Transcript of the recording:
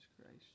Christ